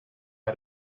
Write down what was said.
how